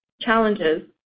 challenges